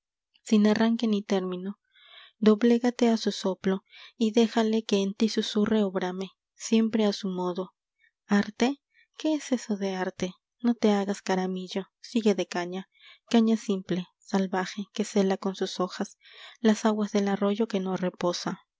infinito sin arranque ni término doblégate a su soplo y déjale que en ti susurre o brame siempre a su modo arte qué es eso de arte no te hagas caramillo sigue de caña caña simple salvaje que cela con sus hojas las aguas del arroyo que no reposa